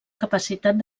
capacitat